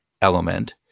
element